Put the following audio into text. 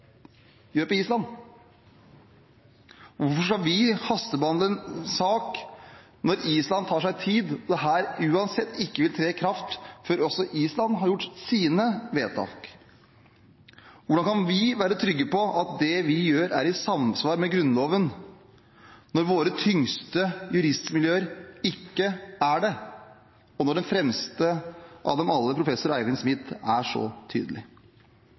gjør på Island? Hvorfor skal vi hastebehandle en sak, når Island tar seg tid og dette uansett ikke vil tre i kraft før også Island har gjort sine vedtak? Hvordan kan vi være trygge på at det vi gjør, er i samsvar med Grunnloven, når våre tyngste juristmiljøer ikke er det, og når den fremste av dem alle, professor Eivind Smith, er så tydelig?